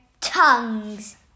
tongues